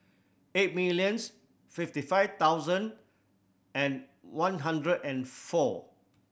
eight millions fifty five thousand and one hundred and four